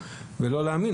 ולא להאמין,